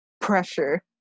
pressure